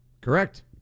Correct